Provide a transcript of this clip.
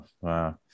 wow